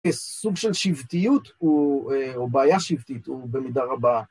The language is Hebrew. סוג של שבטיות, או בעיה שבטית, הוא במידה רבה.